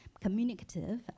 communicative